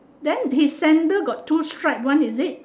then his sandal got two stripe one is it